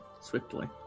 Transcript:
swiftly